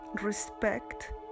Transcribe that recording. respect